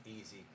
easy